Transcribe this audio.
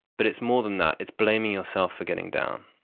but it's more than that, it's blaming yourself for getting down,